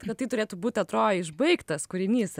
kad tai turėtų būt atro išbaigtas kūrinys